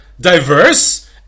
diverse